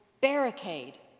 barricade